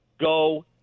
Go